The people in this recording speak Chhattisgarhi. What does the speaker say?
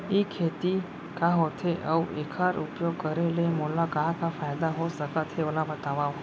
ई खेती का होथे, अऊ एखर उपयोग करे ले मोला का का फायदा हो सकत हे ओला बतावव?